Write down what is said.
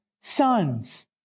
sons